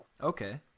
Okay